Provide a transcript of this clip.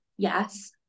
Yes